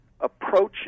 approaches